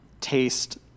Taste